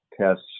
tests